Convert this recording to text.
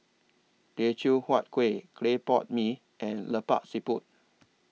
Teochew Huat Kueh Clay Pot Mee and Lemak Siput